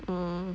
orh